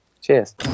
Cheers